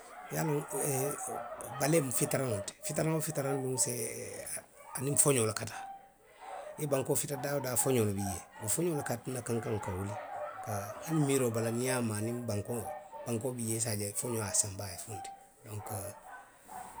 I ye a loŋ balee mu fitaraŋo le ti fitaraŋ fitaraŋ duŋ se ee aniŋ foňoo le ka taa. I ye bankoo fita daa woo daa. foňoo le bi jee, wo foňoo le ka a tinna kankaŋo ka wuli, haa, a. hani miiroo bala. niŋ i ye a maa niŋ bankoo, niŋ bankoo bi jee i se a je foňoo ye a sanba a ye a funti. Donku